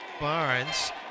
Barnes